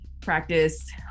practice